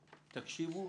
תקשיבו,